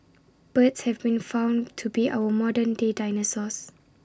birds have been found to be our modern day dinosaurs